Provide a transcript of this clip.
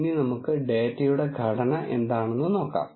ഇനി നമുക്ക് ഡേറ്റയുടെ ഘടന എന്താണെന്ന് നോക്കാം